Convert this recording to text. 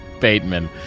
Bateman